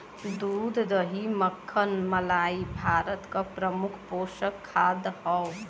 दूध दही मक्खन मलाई भारत क प्रमुख पोषक खाद्य हौ